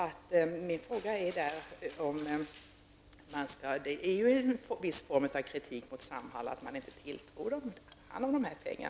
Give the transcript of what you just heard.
Det är naturligtvis en viss form av kritik att man inte tilltror Samhall att handha dessa pengar.